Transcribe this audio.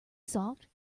soft